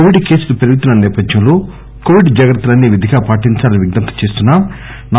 Covid కేసులు పెరుగుతున్న నేపథ్యంలో కోవిడ్ జాగ్రత్తలన్నీ విధిగా పాటించాలని విజ్ఞప్తి చేస్తున్నాం